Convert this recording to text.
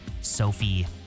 Sophie